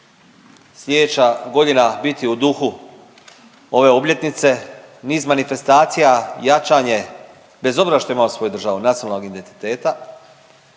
sljedeća godina biti u duhu ove obljetnice. Niz manifestacija, jačanje bez obzira što imamo svoju državu nacionalnog identiteta